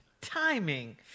Timing